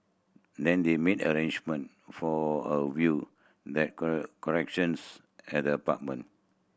then they made arrangement for a view the collections at the apartment